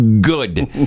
good